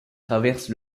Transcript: traverse